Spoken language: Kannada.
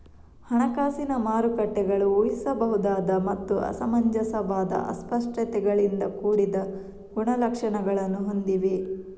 ಹಣಕಾಸಿನ ಮಾರುಕಟ್ಟೆಗಳು ಊಹಿಸಬಹುದಾದ ಮತ್ತು ಅಸಮಂಜಸವಾದ ಅಸ್ಪಷ್ಟತೆಗಳಿಂದ ಕೂಡಿದ ಗುಣಲಕ್ಷಣಗಳನ್ನು ಹೊಂದಿವೆ